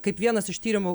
kaip vienas iš tyrimų